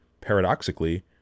paradoxically